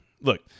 Look